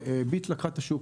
ו"ביט" לקח את השוק,